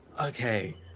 okay